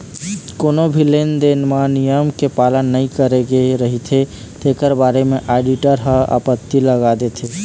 कोनो भी लेन देन म नियम के पालन नइ करे गे रहिथे तेखर बारे म आडिटर ह आपत्ति लगा देथे